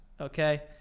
Okay